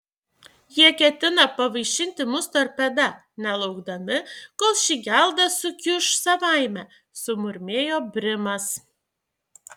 jie ketina pavaišinti mus torpeda nelaukdami kol ši gelda sukiuš savaime sumurmėjo brimas